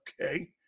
okay